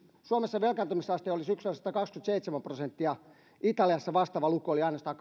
suomessa velkaantumisaste oli syksyllä satakaksikymmentäseitsemän prosenttia italiassa vastaava luku oli ainoastaan